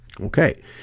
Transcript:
Okay